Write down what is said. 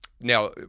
now